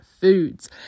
foods